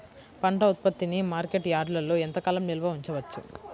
పంట ఉత్పత్తిని మార్కెట్ యార్డ్లలో ఎంతకాలం నిల్వ ఉంచవచ్చు?